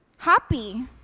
happy